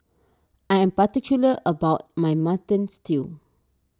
I am particular about my Mutton Stew